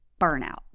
burnout